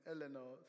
Eleanor